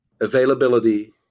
availability